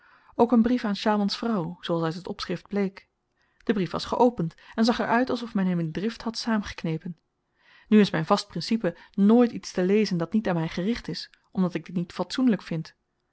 ook een brief aan sjaalmans vrouw zooals uit het opschrift bleek de brief was geopend en zag er uit alsof men hem in drift had saamgeknepen nu is myn vast principe nooit iets te lezen dat niet aan my gericht is omdat ik dit niet fatsoenlyk vind